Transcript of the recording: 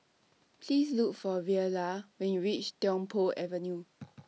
Please Look For Verla when YOU REACH Tiong Poh Avenue